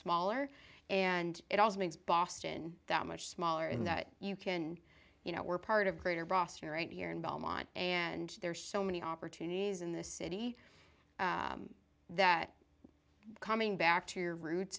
smaller and it also means boston that much smaller in that you can you know we're part of greater boston right here in belmont and there are so many opportunities in this city that coming back to your roots